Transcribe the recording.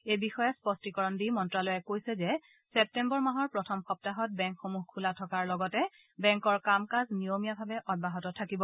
এই বিষয়ে স্পষ্টীকৰণ দি মন্ত্যালয়ে কৈছে যে ছেপ্টেম্বৰ মাহৰ প্ৰথম সপ্তাহত বেংকসমূহ খোলা থকাৰ লগতে বেংকৰ কাম কাজ নিয়মীয়াভাৱে অব্যাহত থাকিব